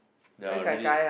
ya read it